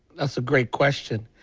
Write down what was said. that's a great question.